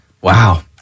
Wow